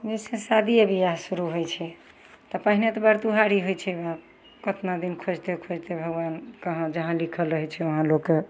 जैसे शादिये बियाह शुरू होइ छै तऽ पहिने तऽ बड़ तुहारी होइ छै कतना दिन खोजिते खोजिते भगवान कहाँ जहाँ लिखल रहय छै वहाँ लोकके